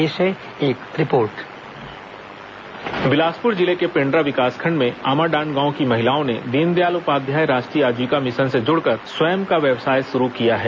पेश है एक रिपोर्ट वॉयस ओवर बिलासपुर जिले के पेंड्रा विकासखंड में आमाडांड गांव की महिलाओं ने दीनदयाल उपाध्याय राष्ट्रीय आजीविका मिशन से जुड़कर स्वयं का व्यवसाय शुरू किया है